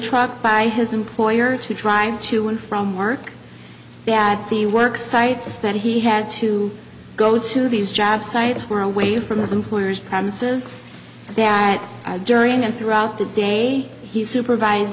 truck by his employer to drive to and from work that the work sites that he had to go to these job sites were away from his employer's premises that during and throughout the day he supervise